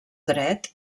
dret